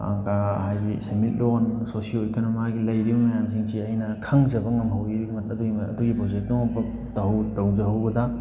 ꯍꯥꯏꯕꯗꯤ ꯁꯦꯟꯃꯤꯠꯂꯣꯟ socio economy ꯃꯥꯒꯤ ꯂꯩꯔꯤꯕ ꯃꯌꯥꯝꯁꯤꯡꯁꯤ ꯑꯩꯅ ꯈꯪꯖꯕ ꯉꯝꯍꯧꯋꯤ ꯑꯩꯉꯣꯟꯗ ꯑꯗꯨꯒꯤ ꯄ꯭ꯔꯣꯖꯦꯛꯇꯨꯃ ꯇꯧꯖꯍꯧꯕꯗ